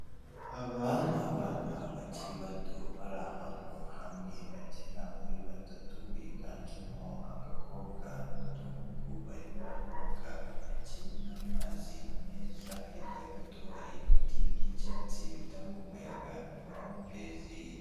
Aba ni abana bakiri bato bari ahantu hamwe bagera muri batatu, higanjemo agakobwa n'uduhungu, barimo koga intoki n'amazi meza, hirya gato hari ibiti by'icyatsi bitanga umuyaga n'amahumbezi.